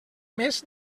més